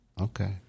Okay